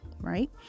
right